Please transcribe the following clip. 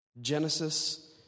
Genesis